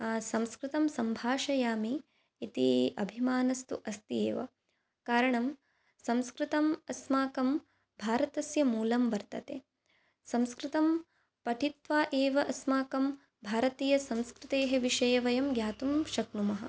संस्कृतं संभाषयामि इति अभिमानस्तु अस्ति एव कारणं संस्कृतम् अस्माकं भारतस्य मूलं वर्तते संस्कृतं पठित्वा एव अस्माकं भारतीयसंस्कृतेः विषये वयं ज्ञातुं शक्नुमः